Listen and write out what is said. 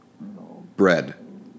Bread